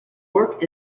work